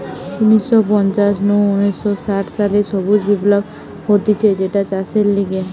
উনিশ শ পঞ্চাশ নু উনিশ শ ষাট সালে সবুজ বিপ্লব হতিছে যেটা চাষের লিগে